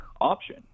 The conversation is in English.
option